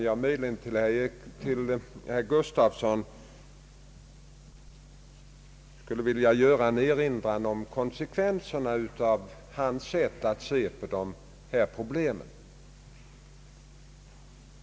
Som svar till herr Gustafsson skulle jag möjligen vilja göra en erinran om konsekvenserna av hans sätt att se på dessa problem.